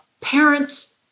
parents